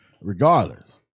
regardless